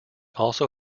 also